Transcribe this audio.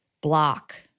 block